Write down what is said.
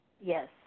Yes